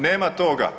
Nema toga.